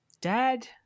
dad